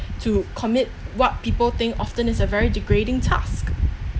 to commit what people think often is a very degrading task